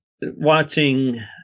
watching